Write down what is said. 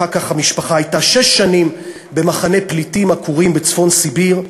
אחר כך המשפחה הייתה שש שנים במחנה פליטים עקורים בצפון סיביר,